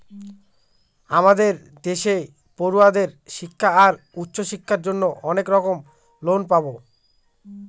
আমাদের দেশে পড়ুয়াদের শিক্ষা আর উচ্চশিক্ষার জন্য অনেক রকম লোন পাবো